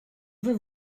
veux